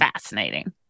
fascinating